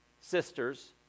sisters